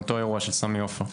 באותו אירוע של סמי עופר.